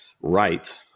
right